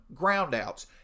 groundouts